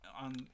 on